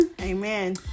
Amen